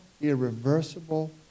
irreversible